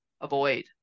avoid